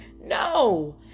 No